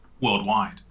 worldwide